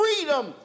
freedom